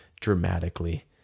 dramatically